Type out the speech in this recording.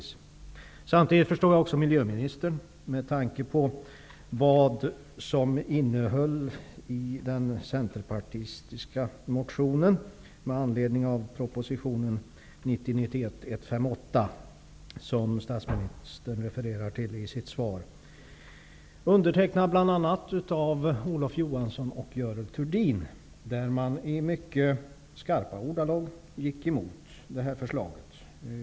Samtidigt förstår jag också miljöministern, med tanke på innehållet i den centerpartistiska motionen med anledning av prop. 1990/91:158, som statsministern refererar till i sitt svar. Motionen är bl.a. undertecknad av Olof Johansson och Görel Thurdin. I motionen gick de i mycket skarpa ordalag emot denna proposition.